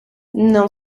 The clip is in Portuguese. não